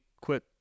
quit